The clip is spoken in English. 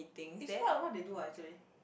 is what what they do actually